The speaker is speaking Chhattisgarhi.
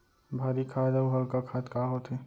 भारी खाद अऊ हल्का खाद का होथे?